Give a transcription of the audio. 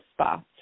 spots